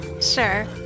Sure